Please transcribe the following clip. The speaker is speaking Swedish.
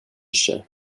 sig